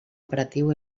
operatiu